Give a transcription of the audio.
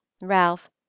ralph